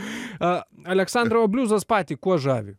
aleksandrai o bliuzas patį kuo žavi